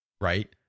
right